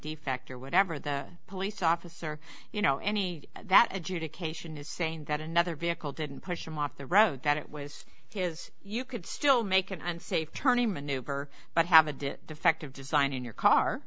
defect or whatever the police officer you know any that adjudication is saying that another vehicle didn't push him off the road that it was his you could still make an unsafe turn a maneuver but have a did defective design in your car